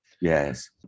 Yes